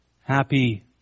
happy